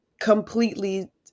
completely